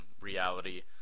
reality